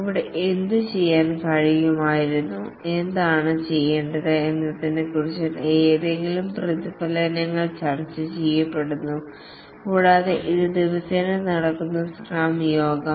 ഇവിടെ എന്തുചെയ്യാൻ കഴിയുമായിരുന്നു എന്താണ് ചെയ്യേണ്ടത് എന്നതിനെക്കുറിച്ചുള്ള ഏതെങ്കിലും പ്രതിഫലനങ്ങൾ ചർച്ചചെയ്യപ്പെടുന്നു കൂടാതെ ഇത് ദിവസേന നടക്കുന്ന സ്ക്രം യോഗം